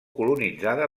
colonitzada